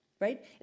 right